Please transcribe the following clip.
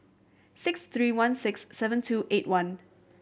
six three one six seven two eight one